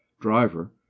driver